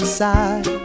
side